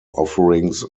offerings